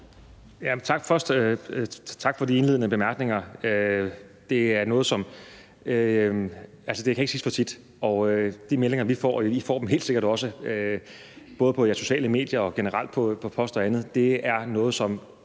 tak for de indledende bemærkninger. Det kan ikke siges for tit. I forhold til de meldinger, som vi får – og I får dem helt sikkert også, både på jeres sociale medier og generelt på post og andet – betyder det